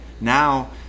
Now